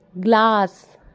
Glass